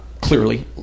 clearly